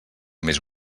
més